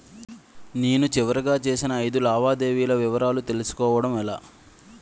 నేను చివరిగా చేసిన ఐదు లావాదేవీల వివరాలు తెలుసుకోవటం ఎలా?